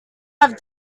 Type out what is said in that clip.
have